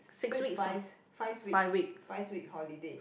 so is fives fives week fives week holiday